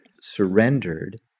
surrendered